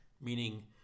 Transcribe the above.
meaning